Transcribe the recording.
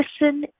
listen